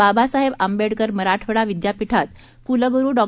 बाबासाहेब आंबेडकर मराठवाडा विद्यापीठात कुलगुरु डॉ